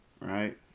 right